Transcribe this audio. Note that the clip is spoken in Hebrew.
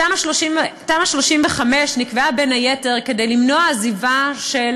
תמ"א 35 נקבעה בין היתר כדי למנוע עזיבה של